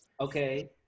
okay